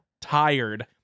tired